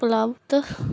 ਉਪਲਬਧ